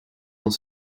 dans